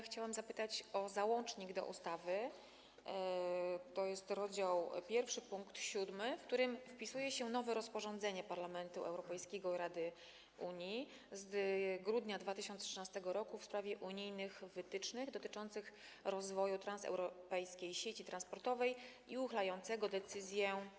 Chciałam zapytać o załącznik do ustawy, tj. rozdział 1 pkt 7, w którym wpisuje się nowe rozporządzenie Parlamentu Europejskiego i Rady z 11 grudnia 2013 r. w sprawie unijnych wytycznych dotyczących rozwoju transeuropejskiej sieci transportowej i uchylającego decyzję 661/2010/UE.